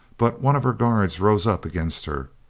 but one of her guards rose up against her.